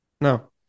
No